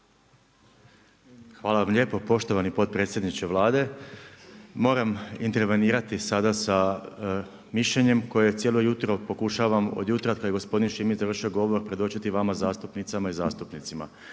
Hvala vam lijepo poštovani potpredsjedniče Vlade. Moram intervenirati sada sa mišljenjem koje cijelo jutro pokušavam od jutra, kada je gospodin Šimić završio govor, predočiti vama zastupnicima i zastupnicama.